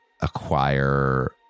acquire